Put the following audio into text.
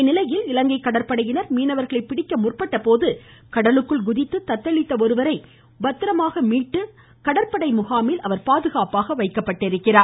இந்நிலையில் இலங்கை கடற்படையினர் மீனவர்களை பிடிக்க முற்பட்டபோது கடலுக்குள் குதித்து தத்தளித்த ஒருவரை பத்திரமாக மீட்கப்பட்டு அவர் கடற்படை முகாமில் பாதுகாப்பாக வைக்கப்பட்டுள்ளார்